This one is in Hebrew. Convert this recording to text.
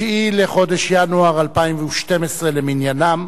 9 בחודש ינואר 2012 למניינם,